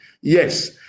Yes